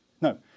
No